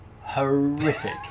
horrific